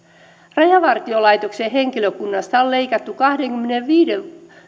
rajavartiolaitoksen henkilökunnasta on leikattu kahdenkymmenenviiden